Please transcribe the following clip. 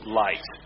light